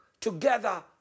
together